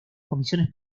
comisiones